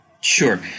Sure